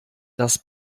das